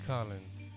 Collins